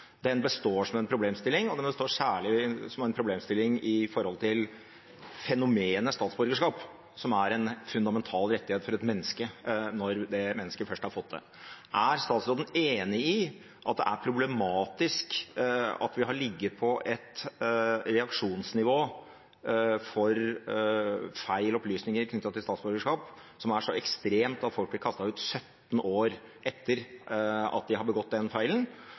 består som en problemstilling, og den består særlig som en problemstilling knyttet til fenomenet statsborgerskap, som er en fundamental rettighet for et menneske når det mennesket først har fått det. Er statsråden enig i at det er problematisk at vi har ligget på et reaksjonsnivå for feil opplysninger knyttet til statsborgerskap som er så ekstremt at folk blir kastet ut 17 år etter at de har begått den feilen?